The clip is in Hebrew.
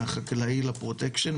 מהחקלאי לפרוטקשן,